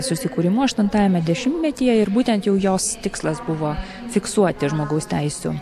susikūrimu aštuntajame dešimtmetyje ir būtent jau jos tikslas buvo fiksuoti žmogaus teisių